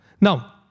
Now